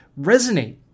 resonate